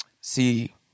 See